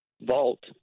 vault